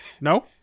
No